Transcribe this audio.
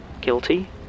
guilty